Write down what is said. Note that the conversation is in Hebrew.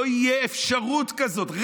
לא תהיה אפשרות כזאת,